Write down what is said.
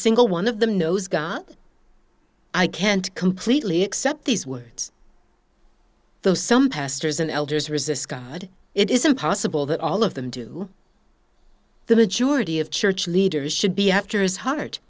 single one of them knows god i can't completely accept these words though some pastors and elders resist god it is impossible that all of them do the majority of church leaders should be after his heart